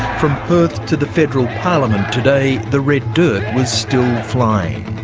from perth to the federal parliament today, the red dirt was still flying.